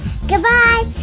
Goodbye